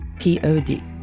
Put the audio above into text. P-O-D